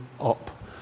up